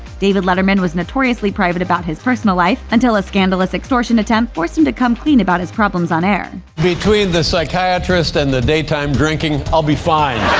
david letterman was notoriously private about his personal life until a scandalous extortion attempt forced him to come clean about his problems on air. between the psychiatrist and the daytime drinking, i'll be fine.